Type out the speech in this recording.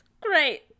Great